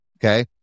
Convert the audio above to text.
Okay